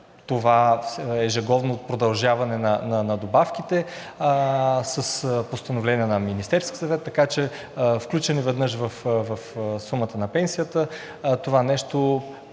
това ежегодно продължаване на добавките с Постановление на Министерския съвет. Така че включено веднъж в сумата на пенсията, това